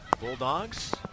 Bulldogs